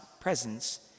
presence